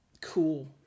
cool